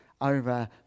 over